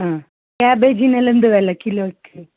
ആ കാബേജിനെല്ലാം എന്ത് വില കിലോയ്ക്ക്